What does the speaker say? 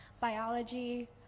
Biology